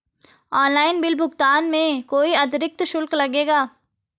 Online bill भुगतान में कोई अतिरिक्त शुल्क लगेगा?